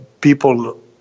people